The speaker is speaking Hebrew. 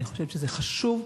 אני חושבת שזה חשוב.